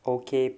okay